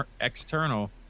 external